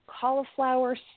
cauliflower